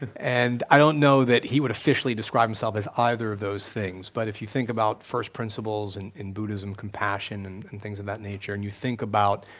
but and i don't know that he would officially describe himself as either of those things, but if you think about first principles and in buddhism, compassion and and things of that nature and you think about